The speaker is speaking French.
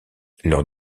leur